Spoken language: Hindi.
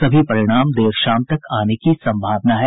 सभी परिणाम देर शाम तक आने की सम्भावना है